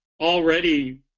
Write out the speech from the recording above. already